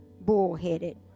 bull-headed